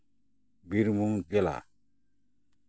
ᱵᱤᱨᱵᱷᱩᱢ ᱡᱮᱞᱟ